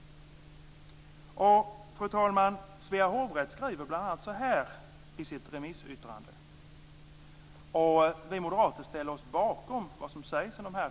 Fru talman! Vi moderater ställer oss bakom det som sägs i dessa remissyttranden. Jag tar dem som mina egna funderingar.